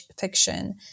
fiction